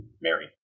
Mary